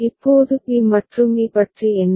இப்போது பி மற்றும் இ பற்றி என்ன